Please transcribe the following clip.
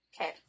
Okay